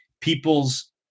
people's